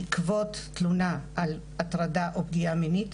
בעקבות תלונה על הטרדה או פגיעה מינית,